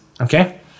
Okay